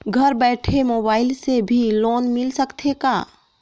घर बइठे मोबाईल से भी लोन मिल सकथे का?